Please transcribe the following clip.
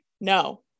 no